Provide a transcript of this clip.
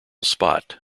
spot